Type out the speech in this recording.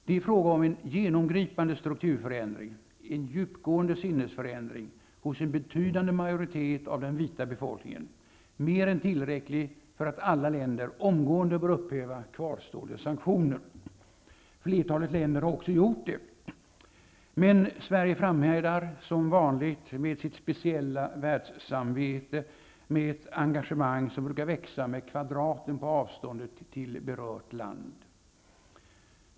Det är en fråga om en genomgripande strukturförändring, en djupgående sinnesförändring, hos en betydande majoritet av den vita befolkningen, mer är tillräcklig för att alla länder omgående bör upphäva kvarstående sanktioner. Flertalet länder har också gjort det. Men Sverige framhärdar som vanligt med sitt speciella världssamvete, med ett engagemang som brukar växa med kvadraten på avståndet till berört land.